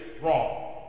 wrong